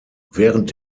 während